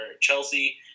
Chelsea